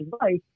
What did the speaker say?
life